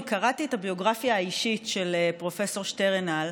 אני קראתי את הביוגרפיה האישית של פרופ' שטרנהל,